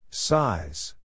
Size